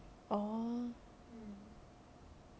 orh